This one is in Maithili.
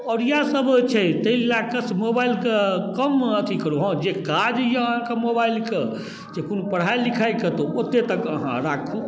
आओर इएहसब होइ छै ताहि लऽ कऽ मोबाइलके कम अथी करू हँ जे काज अइ अहाँके मोबाइलके जे कोनो पढ़ाइ लिखाइके ओतेक तक अहाँ राखू